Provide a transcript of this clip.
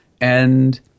and-